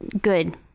Good